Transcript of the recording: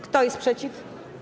Kto jest przeciw?